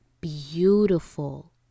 beautiful